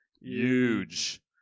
huge